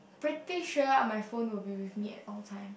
pretty sure my phone will be with me at all times